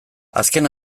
azken